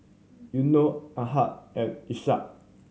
Yuno Ahad and Ishak